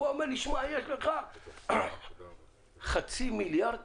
אמרו לי שיש לי חצי מיליארד